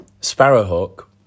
Sparrowhawk